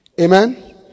Amen